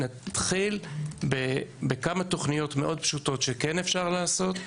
נתחיל בכמה תוכניות מאוד פשוטות שכן אפשר לעשות.